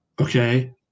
Okay